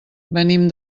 venim